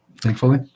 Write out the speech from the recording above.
Thankfully